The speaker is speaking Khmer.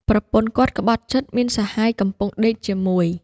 ប្រពន្ធគាត់ក្បត់ចិត្ត មានសហាយកំពុងដេកជាមួយ។